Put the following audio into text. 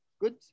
Good